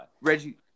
Reggie